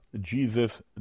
Jesus